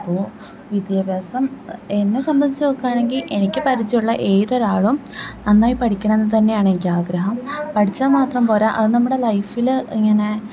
അപ്പോൾ വിദ്യാഭ്യാസം എന്നെ സംബന്ധിച്ച് നോക്കുവാണെങ്കിൽ എനിക്ക് പരിചയമുള്ള ഏതൊരാളും നന്നായി പഠിക്കണം എന്ന് തന്നെയാണ് എനിക്കാഗ്രഹം പഠിച്ചാൽ മാത്രം പോരാ അത് നമ്മുടെ ലൈഫിൽ ഇങ്ങനെ